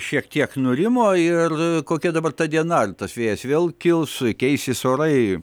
šiek tiek nurimo ir kokia dabar ta diena ar tas vėjas vėl kils keisis orai